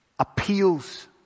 Appeals